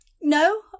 no